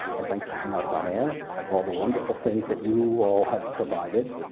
and thanks to hangouts on air, and all the wonderful things that you all have provided,